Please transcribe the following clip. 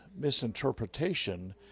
misinterpretation